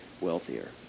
wealthier